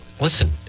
listen